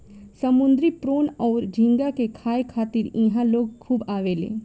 समुंद्री प्रोन अउर झींगा के खाए खातिर इहा लोग खूब आवेले